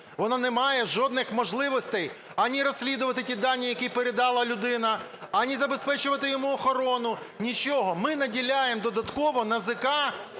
воно не має жодних можливостей ані розслідувати ті дані, які передала людина, ані забезпечувати йому охорону – нічого. Ми наділяємо додатково НАЗК